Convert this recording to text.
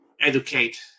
educate